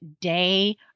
day